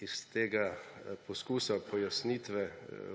Iz tega poskusa pojasnitve